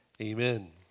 amen